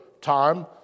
time